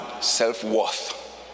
self-worth